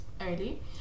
early